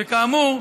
וכאמור,